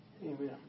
amen